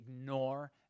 ignore